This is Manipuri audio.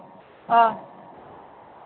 ꯑꯥ